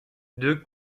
deux